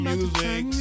Music